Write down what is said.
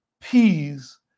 peas